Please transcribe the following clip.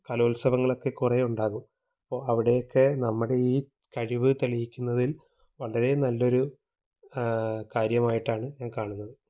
കലോത്സവങ്ങളൊക്കെ കുറേ ഉണ്ടാകും അപ്പോൾ അവിടെയൊക്കെ നമ്മുടെ ഈ കഴിവ് തെളിയിക്കുന്നതിൽ വളരെ നല്ലൊരു കാര്യമായിട്ടാണ് ഞാൻ കാണുന്നത്